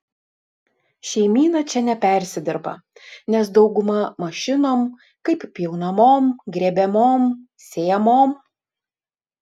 šeimyna čia nepersidirba nes dauguma mašinom kaip pjaunamom grėbiamom sėjamom